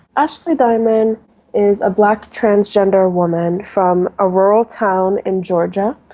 ashley diamond is a black transgender woman from a rural town in georgia.